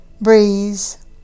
breeze